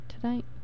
tonight